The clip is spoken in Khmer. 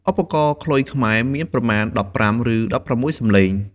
ឧបករណ៍ខ្លុយខ្មែរមានប្រមាណ ១៥ ឬ ១៦ សំឡេង។